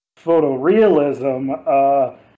photorealism